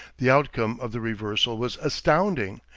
the outcome of the reversal was astounding.